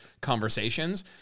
conversations